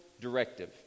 directive